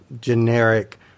Generic